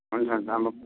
हुन्छ हुन्छ म